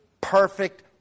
perfect